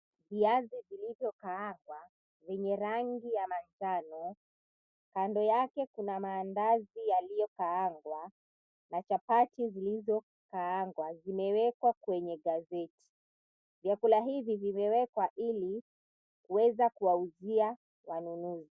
Viazi vilivyokaangwa, vyenye rangi ya manjano, kando yake kuna mandazi yaliyokaangwa na chapati zilizokaangwa zimewekwa kwenye gazeti. Vyakula hivi vimewekwa ili kuweza kuwauzia wanunuzi.